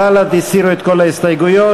בל"ד הסירו את כל ההסתייגויות.